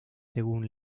según